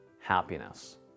happiness